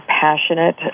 passionate